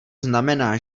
znamená